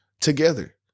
together